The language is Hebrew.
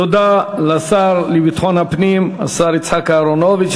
תודה לשר לביטחון הפנים, השר יצחק אהרונוביץ.